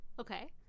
Okay